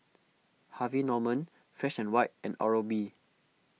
Harvey Norman Fresh and White and Oral B